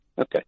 Okay